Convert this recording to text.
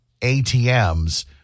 ATMs